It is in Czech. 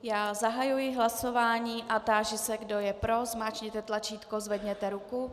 Já zahajuji hlasování a táži se, kdo je pro, zmáčkněte tlačítko, zvedněte ruku.